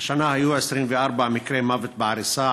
שהשנה היו 24 מקרי מוות בעריסה,